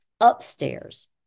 upstairs